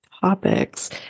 topics